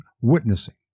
witnessing